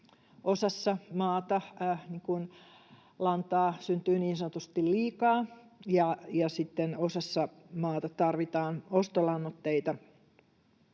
osassa maata lantaa syntyy niin sanotusti liikaa, ja sitten osassa maata tarvitaan ostolannoitteita.